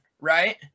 right